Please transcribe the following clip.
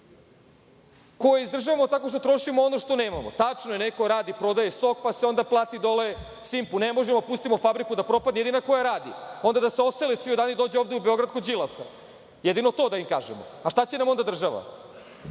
koje izdržavamo tako što trošimo ono što nemamo. Tačno je, neko radi prodaje so, pa se onda plati dole Simpu, ne možemo da pustimo fabriku da propadne jedina je koja radi, onda da se osile svi odande i da dođu ovde u Beograd kod Đilasa. Jedino to da im kažemo. Šta će nam onda država. Vi